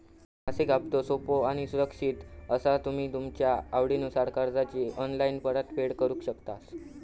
मासिक हप्तो सोपो आणि सुरक्षित असा तुम्ही तुमच्या आवडीनुसार कर्जाची ऑनलाईन परतफेड करु शकतास